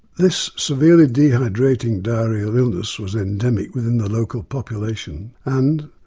this severely dehydrating diarrhoeal illness was endemic within the local population and,